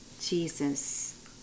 Jesus